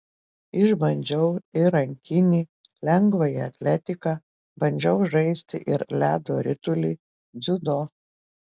išbandžiau ir rankinį lengvąją atletiką bandžiau žaisti ir ledo ritulį dziudo